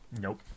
Nope